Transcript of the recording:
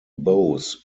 bows